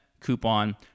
coupon